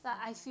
ya